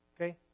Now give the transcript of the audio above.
Okay